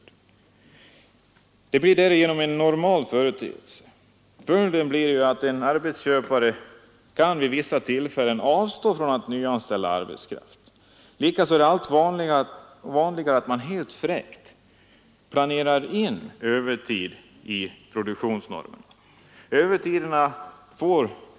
Sådan övertid är därigenom en normal företeelse. Följden blir att en arbetsköpare vid vissa tillfällen kan avstå från att nyanställa arbetskraft. Likaså blir det allt vanligare att man helt fräckt planerar in övertid i produktionsnormerna.